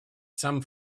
some